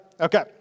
okay